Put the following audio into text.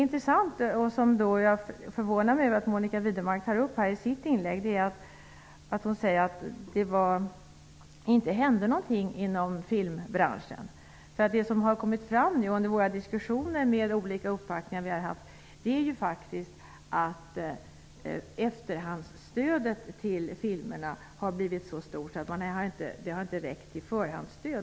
Jag förvånar mig över att Monica Widnemark i sitt inlägg påstår att det inte hände någonting inom filmbranschen. Det som har kommit fram under våra diskussioner vid de olika uppvaktningar som vi har haft är att efterhandsstödet till filmerna har blivit så stort att pengarna inte har räckt till förhandsstöd.